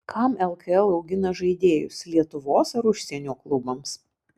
kam lkl augina žaidėjus lietuvos ar užsienio klubams